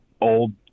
old